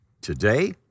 today